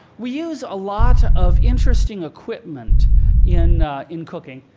we use a lot of interesting equipment in in cooking.